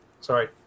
Sorry